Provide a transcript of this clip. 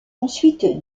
ensuite